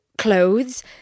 Clothes